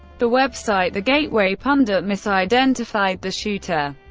the website the gateway pundit misidentified the shooter,